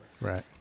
Right